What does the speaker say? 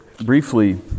briefly